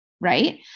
Right